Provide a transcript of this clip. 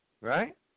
Right